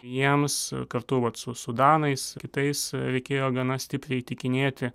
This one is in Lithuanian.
jiems kartu vat su su danais kitais reikėjo gana stipriai įtikinėti